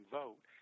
vote